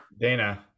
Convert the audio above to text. Dana